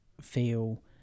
feel